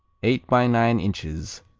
eight by nine inches,